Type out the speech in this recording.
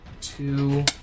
two